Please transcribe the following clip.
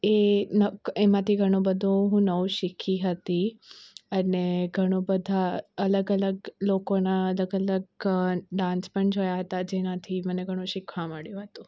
એ એમાંથી ઘણું બધું હું નવું શીખી હતી અને ઘણું બધા અલગ અલગ લોકોના અલગ અલગ ડાન્સ પણ જોયા હતા જેનાથી મને ઘણું શીખવા મળ્યું હતું